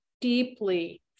deeply